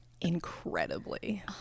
Incredibly